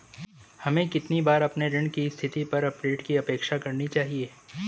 हमें कितनी बार अपने ऋण की स्थिति पर अपडेट की अपेक्षा करनी चाहिए?